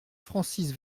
francis